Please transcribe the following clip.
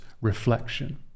reflection